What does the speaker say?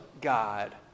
God